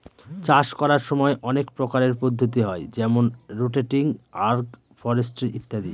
চাষ করার সময় অনেক প্রকারের পদ্ধতি হয় যেমন রোটেটিং, আগ্র ফরেস্ট্রি ইত্যাদি